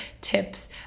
tips